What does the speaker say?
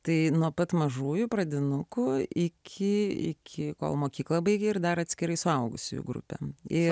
tai nuo pat mažųjų pradinukų iki iki kol mokykla baigia ir dar atskirai suaugusiųjų grupę į